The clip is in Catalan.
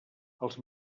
els